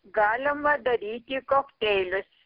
galima daryti kokteilius